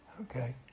Okay